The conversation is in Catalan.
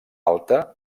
alta